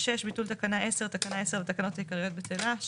ביטול תקנה 10 6.תקנה 10 לתקנות העיקריות בטלה.